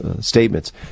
statements